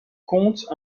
comte